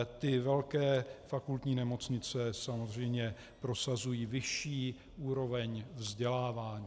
Ty velké fakultní nemocnice samozřejmě prosazují vyšší úroveň vzdělávání.